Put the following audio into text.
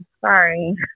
Sorry